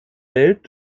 welt